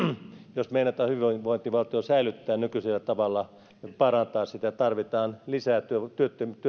jos meinataan hyvinvointivaltio säilyttää nykyisellä tavalla ja parantaa sitä tarvitaan lisää